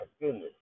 goodness